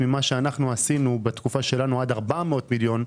ממה שאנחנו עשינו בתקופה שלנו עד 400 מיליון,